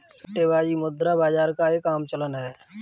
सट्टेबाजी मुद्रा बाजार का एक आम चलन है